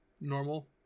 normal